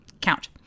count